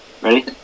ready